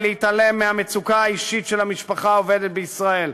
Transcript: ולהתעלם מהמצוקה האישית של המשפחה העובדת בישראל.